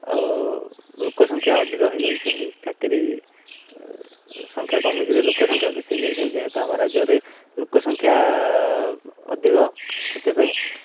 ଆଉ ଲୋକ ସଂଖ୍ୟା ଅଧିକ ହେଇଯାଉଛନ୍ତି ଚାକିରୀ ସଂଖ୍ୟା କମିକିରି ଲୋକ ସଂଖ୍ୟା ବେଶି ହେଇଯାଉଛନ୍ତି ଯେହେତୁ ଆମ ରାଜ୍ୟ ରେ ଲୋକ ସଂଖ୍ୟା ଅଧିକ ସେଥିପାଇଁ